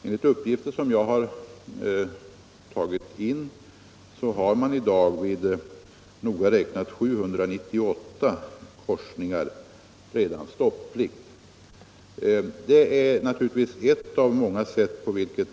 Enligt uppgifter som jag inhämtat har man i dag vid noga räknat 798 korsningar redan infört stopplikt.